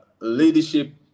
leadership